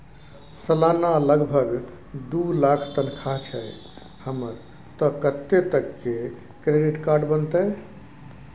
सलाना लगभग दू लाख तनख्वाह छै हमर त कत्ते तक के क्रेडिट कार्ड बनतै?